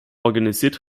organisiert